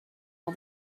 all